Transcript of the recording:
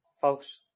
Folks